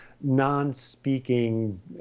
non-speaking